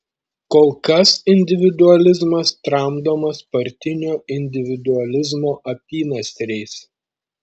kol kas individualizmas tramdomas partinio individualizmo apynasriais